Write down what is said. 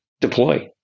deploy